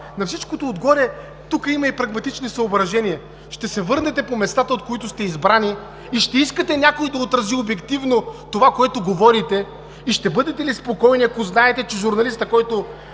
На всичкото отгоре тук има и прагматични съображения. Ще се върнете по местата, от които сте избрани, и ще искате някой да отрази обективно това, което говорите. Ще бъдете ли спокойни, ако знаете, че журналистът, който